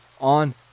on